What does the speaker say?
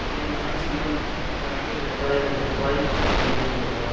என் oxygen கணக்கில் எட்டாயிரம் ரூபாய்க்கு மேல் இருக்கிறதா